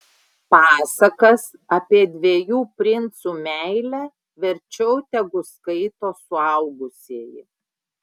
pasakas apie dviejų princų meilę verčiau tegu skaito suaugusieji